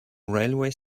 railway